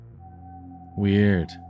Weird